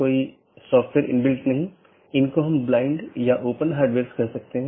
तो यह एक तरह से पिंगिंग है और एक नियमित अंतराल पर की जाती है